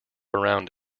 around